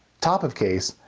top of case,